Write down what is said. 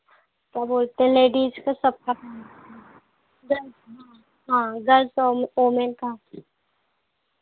क्या बोलते हैं लेडीज तो सब हाँ गर्ल्स और ओमेन का